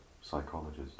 psychologist